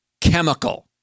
chemical